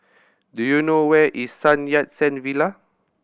do you know where is Sun Yat Sen Villa